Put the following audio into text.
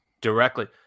directly